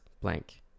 blank